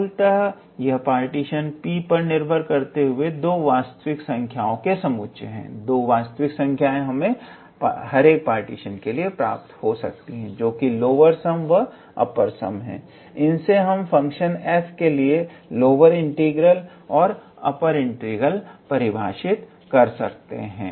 मूलतः यह partition P पर निर्भर करते हुए दो वास्तविक संख्याओं के समुच्चय हैं जो की लोअर सम व अपर सम है जिनसे हम फंक्शन f के लिए लोअर इंटीग्रल व अपर इंटीग्रल परिभाषित कर पाते हैं